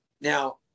Now